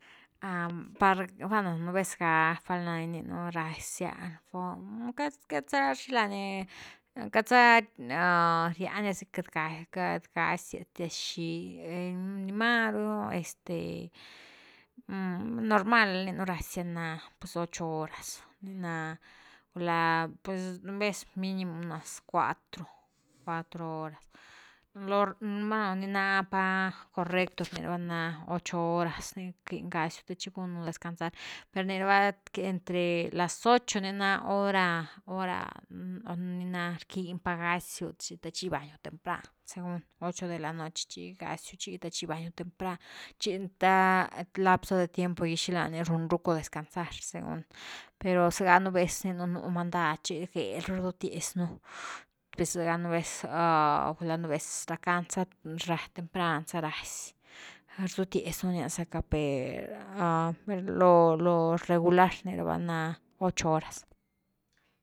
Par val’na, bueno, nú vez ga, val’na rninu razia, casi queity za xilani queity za riandia asi queity gas dia xí, ni maru este normal rninu rasia na pues ocho horas, ni na gula nú vez minimo cuatro, unas cuatro horas, lo normal ni napa lo correcto rniraba ni na ocho horas, ni rquiñ gasiu the chi gunu descansar per rniraba entre las ocho ni na hora-hora niná rquiñ pa gasiu the chi gibañu tempran según, ocho de la noche chi gasiu te chi gibaniu tempran, chi th lapzo de tiempo gy xilani run rucku descansar según pero sega nú vez rninu nú mandad chi gel ru rdutiaz nú, pues sega npu ve, gula nú vez rackan za rack tempran za razi, rdutias nú rnia zacka per lo-lo regular rni ra’va nina ocho horas.